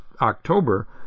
October